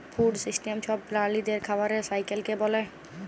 food system ছব প্রালিদের খাবারের সাইকেলকে ব্যলে